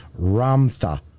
Ramtha